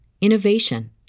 innovation